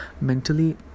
mentally